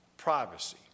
privacy